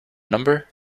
number